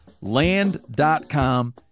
Land.com